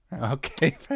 Okay